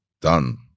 done